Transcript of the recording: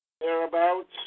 thereabouts